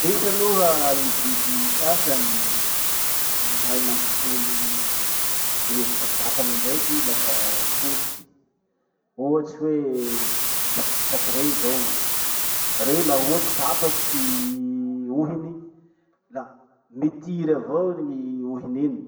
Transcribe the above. Misy aloha gny biby sasany mahay mampipoly gny v- vatany andraiky lafa potiky. Ohatsy hoe tsatsaky rey zao. Rey laha ohatsy tapaky ty ohiny, la mitiry avao gny ohiny iny.